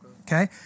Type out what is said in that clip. okay